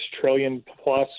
trillion-plus